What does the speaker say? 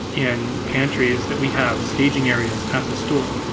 in pantries that we have staging areas at the store.